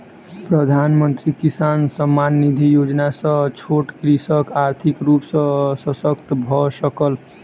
प्रधानमंत्री किसान सम्मान निधि योजना सॅ छोट कृषक आर्थिक रूप सॅ शशक्त भअ सकल